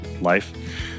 life